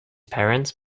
parents